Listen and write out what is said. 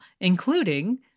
including